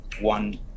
one